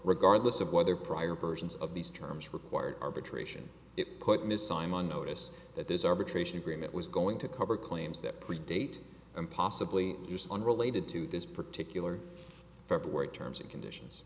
regardless of whether prior versions of these terms required arbitration it put ms simon notice that there's arbitration agreement was going to cover claims that predate and possibly use unrelated to this particular february terms and conditions